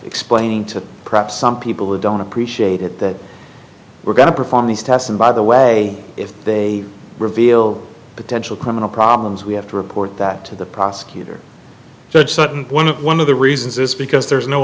explaining to perhaps some people who don't appreciate it that we're going to perform these tests and by the way if they reveal potential criminal problems we have to report that to the prosecutor judge sutton one of one of the reasons is because there's no